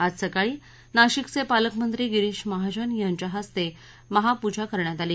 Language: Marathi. आज सकाळी नाशिकचे पालकमंत्री गिरीश महाजन यांच्या हस्ते महापूजा करण्यात आली